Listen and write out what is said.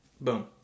boom